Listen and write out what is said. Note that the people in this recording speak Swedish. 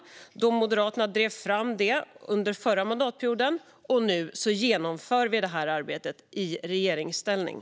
Detta drev Moderaterna fram under den förra mandatperioden, och nu genomför vi arbetet i regeringsställning.